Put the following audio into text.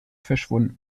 verschwunden